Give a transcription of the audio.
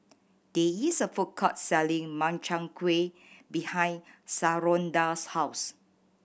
there is a food court selling Makchang Gui behind Shalonda's house